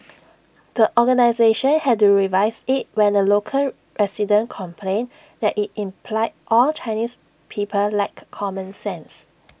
the organisation had to revise IT when A local resident complained that IT implied all Chinese people lacked common sense